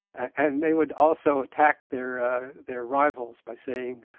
and they would also attack their ah their rivals by saying,